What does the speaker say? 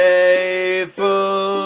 Faithful